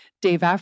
Dave